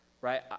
Right